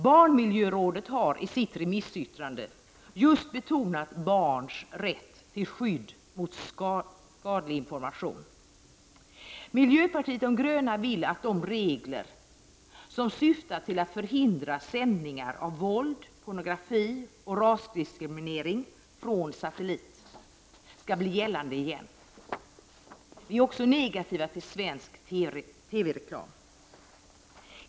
Barnmiljörådet har i sitt remissyttrande betonat just barns rätt till skydd mot skadlig information. Miljöpartiet de gröna vill att de regler som syftar till att förhindra sändning av våld, pornografi och rasdiskriminering från satellit skall bli gällande igen. Vi är också negativa till svensk TV-reklam.